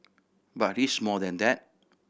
but he's more than that